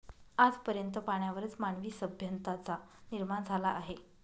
आज पर्यंत पाण्यावरच मानवी सभ्यतांचा निर्माण झाला आहे